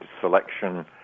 selection